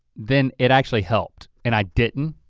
then it actually helped and i didn't,